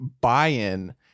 buy-in